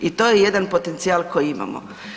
I to je jedan potencijal koji imamo.